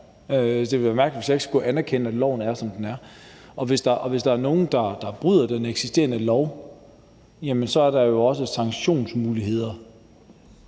Det ville være mærkeligt, hvis jeg ikke skulle anerkende, at loven er, som den er, og hvis der er nogen, der bryder den eksisterende lov, så er der jo også sanktionsmuligheder